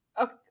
okay